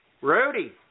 Rudy